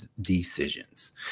decisions